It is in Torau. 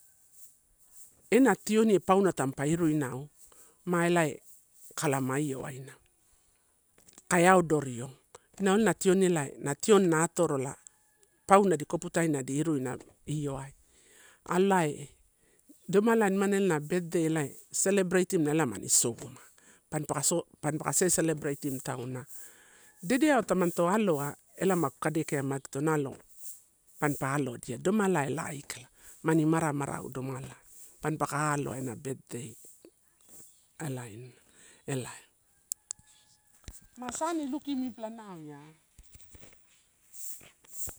Ena tionie pauna tamupa iruinau ma elae kalama io waina kai audorio. Inau elana tioni na tioni na atorola pauna di koputaina di iruina ioai, alai domalai nimani ena birthday elae celebratetim-na ela mani soma. Panipaka, panipaka cecelebratetim tauna dedeawa tamanito aloa ela magu kadekiamagito nalo panipa alodia domalai ela aikala, moni mara marau domalai pampaka alo a ena birthday elain, elaeman sun i